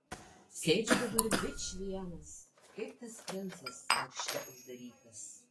sėdžiu dabar vičvienas kaip tas princas bokšte uždarytas